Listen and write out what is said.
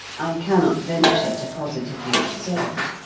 i cannot venture to positively assert.